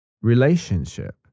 relationship